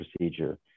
procedure